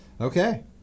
Okay